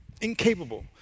Incapable